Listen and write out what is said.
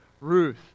Ruth